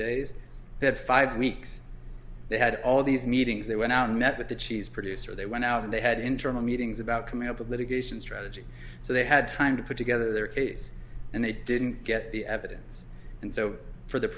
had five weeks they had all these meetings they went out and met with the cheese producer they went out and they had internal meetings about coming up with litigation strategy so they had time to put together their case and they didn't get the evidence and so for the